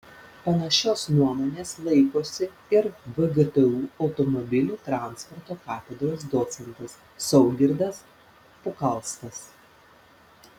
panašios nuomonės laikosi ir vgtu automobilių transporto katedros docentas saugirdas pukalskas